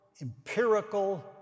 empirical